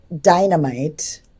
Dynamite